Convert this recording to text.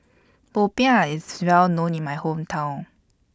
Popiah IS Well known in My Hometown